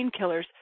painkillers